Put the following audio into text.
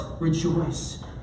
rejoice